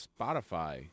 Spotify